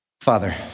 Father